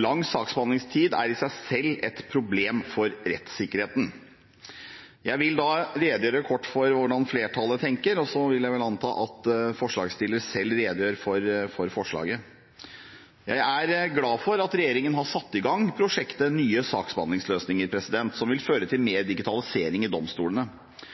Lang saksbehandlingstid er i seg selv et problem for rettssikkerheten. Jeg vil redegjøre kort for hvordan flertallet tenker, og så vil jeg anta at forslagsstillerne selv vil redegjøre for forslaget. Jeg er glad for at regjeringen har satt i gang prosjektet for nye saksbehandlingsløsninger, som vil føre til mer digitalisering i domstolene.